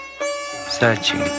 searching